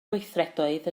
gweithredoedd